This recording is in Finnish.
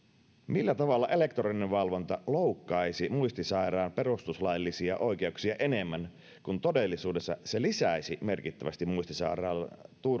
millä tavalla elektroninen valvonta loukkaisi muistisairaan perustuslaillisia oikeuksia enemmän kun todellisuudessa se lisäisi merkittävästi muistisairaan